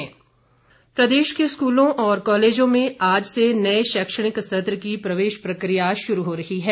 प्रवेश प्रक्रिया प्रदेश के स्कूलों और कॉलेजों में आज से नए शैक्षणिक सत्र की प्रवेश प्रक्रिया शुरू हो रही है